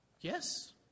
Yes